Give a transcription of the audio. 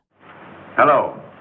Hello